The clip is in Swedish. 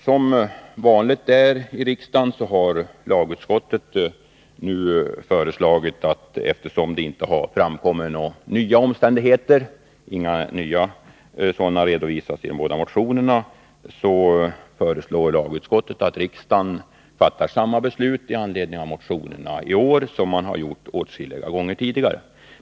Som vanligt här i riksdagen har lagutskottet nu föreslagit — eftersom det inte har framkommit några nya omständigheter, inga nya sådana har redovisats i de båda motionerna — att riksdagen fattar samma beslut i anledning av motionerna i år som man har gjort åtskilliga gånger tidigare.